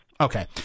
Okay